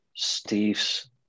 Steve's